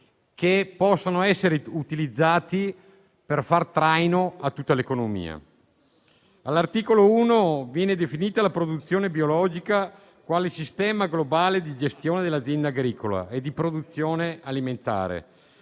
che possano essere utilizzati per fare appunto da traino a tutta l'economia. All'articolo 1 viene definita la produzione biologica quale sistema globale di gestione dell'azienda agricola e di produzione alimentare